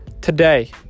today